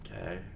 Okay